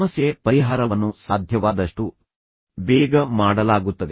ಸಮಸ್ಯೆ ಪರಿಹಾರವನ್ನು ಸಾಧ್ಯವಾದಷ್ಟು ಬೇಗ ಮಾಡಲಾಗುತ್ತದೆ